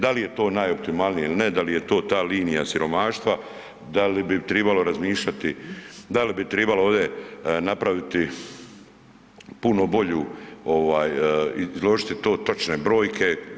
Da li je to najoptimalnije ili ne da li je to ta linija siromaštva, da li bi tribalo razmišljati, da li bi tribalo ovdje napraviti puno bolju ovaj izložiti to točne brojke?